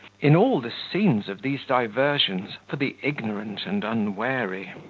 in all the scenes of these diversions, for the ignorant and unwary.